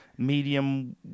medium